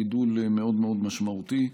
גידול מאוד מאוד משמעותי,